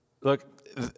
Look